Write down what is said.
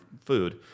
food